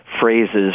phrases